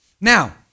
Now